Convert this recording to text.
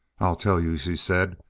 i'll tell you, she said.